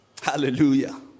hallelujah